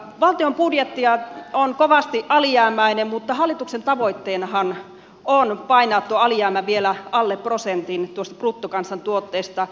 valtion budjetti on kovasti alijäämäinen mutta hallituksen tavoitteenahan on painaa tuo alijäämä vielä alle prosentin tuosta bruttokansantuotteesta